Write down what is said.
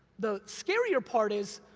the scarier part is,